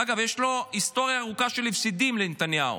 אגב, יש לו היסטוריה ארוכה של הפסדים, לנתניהו.